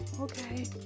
okay